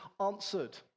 answered